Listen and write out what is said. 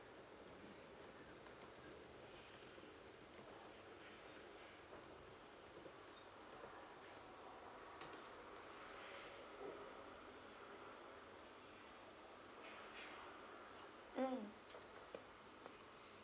mm